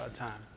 ah time.